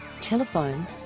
Telephone